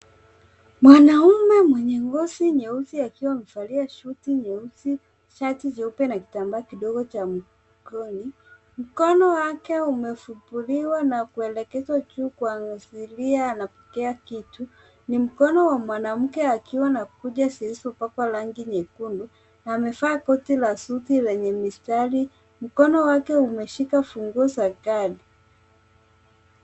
Mwanaume mwenye ngozi nyeusi akiwa amevalia suti nyeusi, shati jeupe na kitambaa kidogo cha mkono. Mkono wake umefumbuliwa na kuelekezwa juu kwa mwasilia anapokea kitu. Ni mkono wa mwanamke akiwa na kucha zilizopakwa rangi nyekundu. Amevaa koti la suti lenye mistari. Mkono wake umeshika funguo za gari.